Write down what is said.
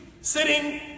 sitting